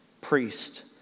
priest